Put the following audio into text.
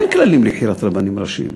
אין כללים לבחירת רבנים ראשיים.